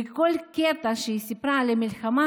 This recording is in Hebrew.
וכל קטע שהיא סיפרה על המלחמה,